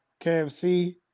KFC